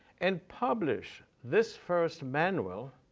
and publish this first manual,